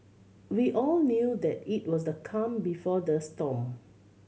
we all knew that it was the calm before the storm